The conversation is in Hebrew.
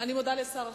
אני מודה לשר החינוך.